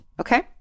Okay